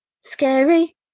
scary